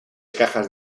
cajas